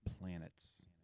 planets